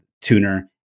tuner